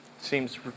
Seems